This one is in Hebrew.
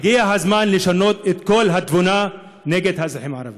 הגיע הזמן לשנות את כל התמונה נגד האזרחים הערבים.